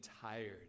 tired